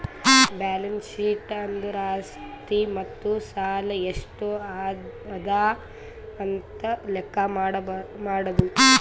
balance sheet ಅಂದುರ್ ಆಸ್ತಿ ಮತ್ತ ಸಾಲ ಎಷ್ಟ ಅದಾ ಅಂತ್ ಲೆಕ್ಕಾ ಮಾಡದು